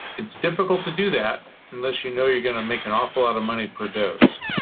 it's difficult to do that unless you know you are going to make an awful lot of money per dose.